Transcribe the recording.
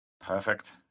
Perfect